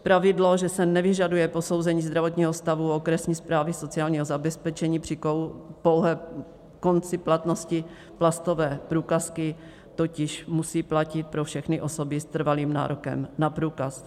Pravidlo, že se nevyžaduje posouzení zdravotního stavu u okresní správy sociálního zabezpečení při pouhém konci platnosti plastové průkazky, totiž musí platit pro všechny osoby s trvalým nárokem na průkaz.